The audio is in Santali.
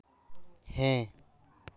ᱦᱮᱸ